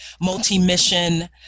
multi-mission